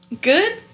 good